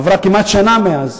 עברה כמעט שנה מאז.